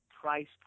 price